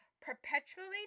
perpetually